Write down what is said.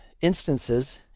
instances